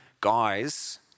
guys